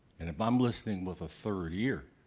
and if i'm listening with a third ear,